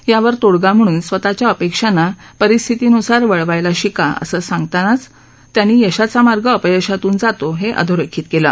यावर तोडगा म्हणून स्वतःच्या अपेक्षांना परिस्थितीन्सार वळवायला शिका असं सांगतानाच त्यांनी यशाचा मार्ग अपयशातून जातो हे अधोरेखित केलं